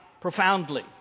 profoundly